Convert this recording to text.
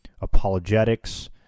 apologetics